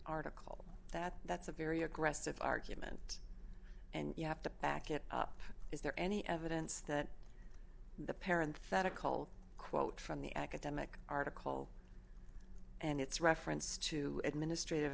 article that that's a very aggressive argument and you have to back it up is there any evidence that the parent thetic whole quote from the academic article and its reference to administrative